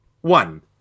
one